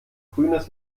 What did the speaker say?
grünes